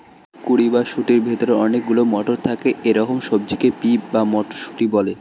কুঁড়ি বা শুঁটির ভেতরে অনেক গুলো মটর থাকে এরকম সবজিকে পি বা মটরশুঁটি বলে